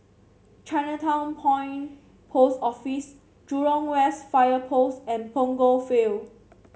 Chinatown Point Post Office Jurong West Fire Post and Punggol Field